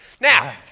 Now